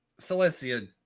Celestia